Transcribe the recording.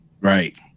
Right